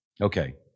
Okay